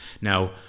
Now